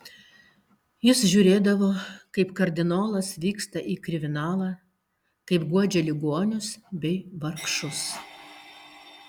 jis žiūrėdavo kaip kardinolas vyksta į kvirinalą kaip guodžia ligonius bei vargšus